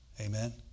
Amen